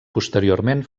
posteriorment